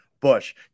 bush